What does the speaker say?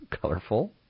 Colorful